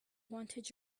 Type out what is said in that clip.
wanted